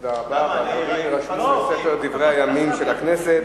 הדברים יירשמו בספר דברי הימים של הכנסת.